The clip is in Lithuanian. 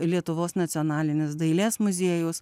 lietuvos nacionalinis dailės muziejus